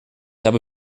habe